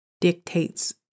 dictates